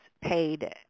paid